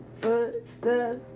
footstep's